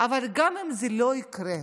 אבל גם אם זה לא יקרה,